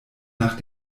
nach